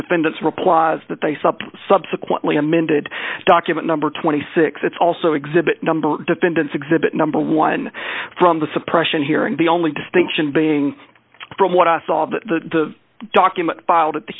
defendants replies that they saw up subsequently amended document number twenty six it's also exhibit number defendant's exhibit number one from the suppression hearing the only distinction being from what i saw the document filed at the